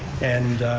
and